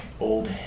old